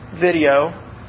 video